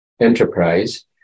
enterprise